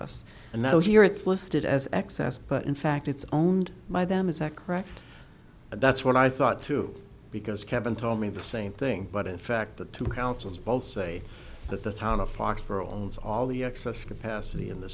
was here it's listed as excess but in fact it's owned by them is that correct that's what i thought too because kevin told me the same thing but in fact the two councils both say that the town of foxborough owns all the excess capacity in the